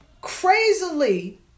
crazily